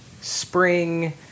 spring